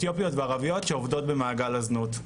אתיופיות וערביות שעובדות במעגל הזנות.